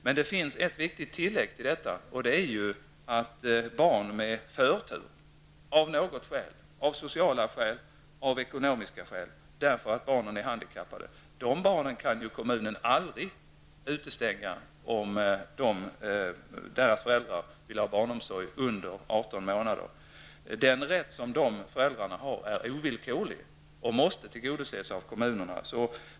Men det finns ett viktigt tillägg och det är att barn med förtur -- av sociala eller ekonomiska skäl eller på grund av handikapp -- aldrig kan utestängas om deras föräldrar vill ha barnomsorg, även om barnet är under 18 månader. Den rätt föräldrarna då har är ovillkorlig och måste tillgodoses av kommunerna.